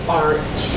art